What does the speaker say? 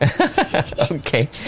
Okay